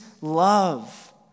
love